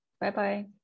Bye-bye